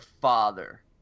father